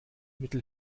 mittel